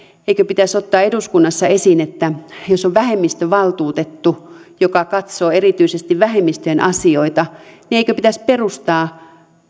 eikö pitäisi ottaa eduskunnassa esiin että jos on vähemmistövaltuutettu joka katsoo erityisesti vähemmistöjen asioita niin eikö pitäisi perustaa